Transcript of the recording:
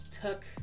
took